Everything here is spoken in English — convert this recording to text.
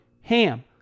HAM